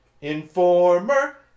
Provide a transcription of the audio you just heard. Informer